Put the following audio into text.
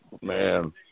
man